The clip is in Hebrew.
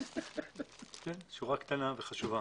וחתימה.